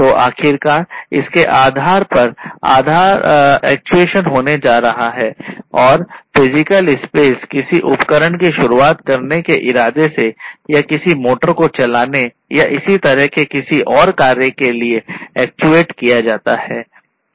तो आखिरकार इसके आधार पर आधार पर एक्चुएशन होने जा रहा है और फिजिकल स्पेस किसी उपकरण को शुरू करने के इरादे से या किसी मोटर को चलाने या इसी तरह के किसी और कार्य के लिए एक्चुएट किया जाता है